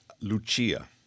Lucia